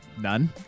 None